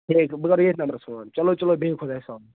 ٹھیٖک چھُ بہٕ کرٕ ییٚتھۍ نَمبرَس فون چلو چلو بِہِو خدایَس حَوالہٕ